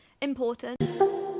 important